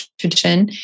tradition